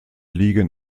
liegen